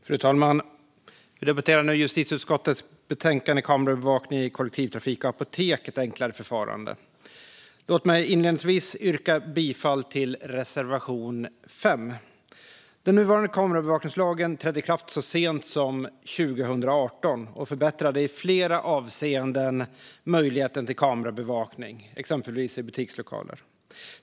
Fru talman! Vi debatterar nu justitieutskottets betänkande Kamerabevakning i kollektivtrafik och apotek - ett enklare förfarande . Låt mig inledningsvis yrka bifall till reservation 5. Den nuvarande kamerabevakningslagen trädde i kraft så sent som 2018 och förbättrade i flera avseenden möjligheten till kamerabevakning, exempelvis i butikslokaler.